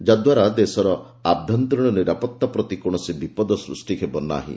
ଯାଦ୍ୱାରା ଦେଶର ଆଭ୍ୟନ୍ତରିଣ ନିରାପତ୍ତା ପ୍ରତି କୌଣସି ବିପଦ ସୃଷ୍ଟି ହେବ ନାହିଁ